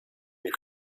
die